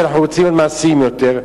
כי אנחנו רוצים להיות מעשיים יותר,